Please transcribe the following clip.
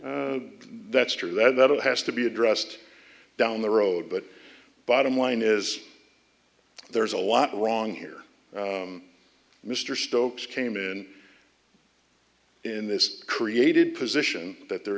rug that's true that it has to be addressed down the road but bottom line is there's a lot wrong here mr stokes came in in this created position that there